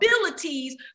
abilities